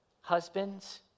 husbands